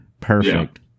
perfect